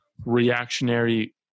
reactionary